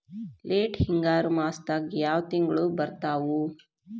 Late ಹಿಂಗಾರು ಮಾಸದಾಗ ಯಾವ್ ತಿಂಗ್ಳು ಬರ್ತಾವು?